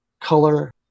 color